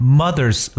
mother's